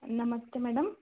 नमस्ते मैडम